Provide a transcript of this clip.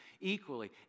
equally